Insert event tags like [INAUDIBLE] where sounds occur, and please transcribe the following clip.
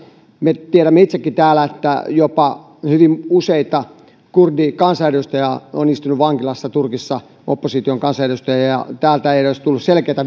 me tiedämme itsekin täällä että jopa hyvin useita kurdikansanedustajia on istunut vankilassa turkissa opposition kansanedustajia ja täältä ei ole edes tullut selkeää [UNINTELLIGIBLE]